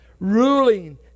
Ruling